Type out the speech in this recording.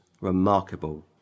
Remarkable